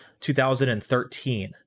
2013